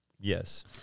Yes